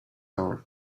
hour